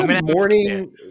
morning